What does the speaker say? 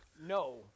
No